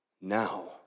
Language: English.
now